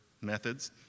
methods